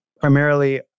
primarily